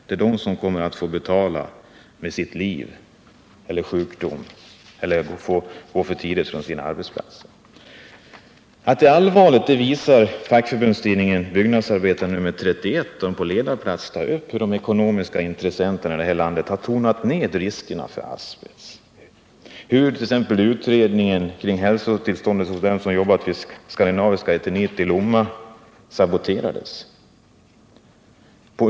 Det är de som kommer att få betala med sina liv, med sjukdom eller med att gå för tidigt från sina arbetsplatser. Att läget är allvarligt visar nr 31 av fackförbundstidningen Byggnadsarbetaren. Tidningen tar på ledarplats upp hur de ekonomiska intressenterna i det här landet har tonat ner riskerna för asbest och hur t.ex. utredningen kring hälsotillståndet hos dem som arbetat vid Skandinaviska Eternit i Lomma saboterats.